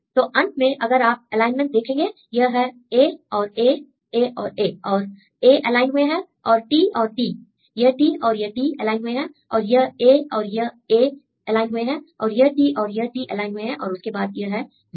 तो अंत में अगर आप एलाइनमेंट देखेंगे यह है A और A A और A और A एलाइन हुए हैं और T और T यह T और यह T एलाइन हुए हैं और यह A और यह A एलाइन हुए हैं और यह T और यह T एलाइन हुए हैं और उसके बाद यह 0